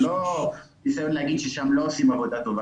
זה לא ניסיון להגיד ששם לא עושים עבודה טובה.